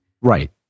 Right